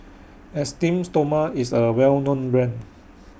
Esteem Stoma IS A Well known Brand